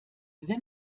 wenn